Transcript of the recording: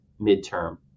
midterm